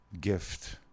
gift